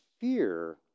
fear